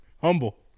Humble